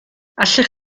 allech